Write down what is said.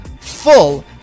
full